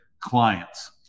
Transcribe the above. clients